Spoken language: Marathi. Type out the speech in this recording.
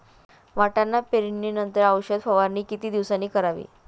वाटाणा पेरणी नंतर औषध फवारणी किती दिवसांनी करावी?